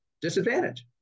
disadvantage